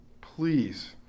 please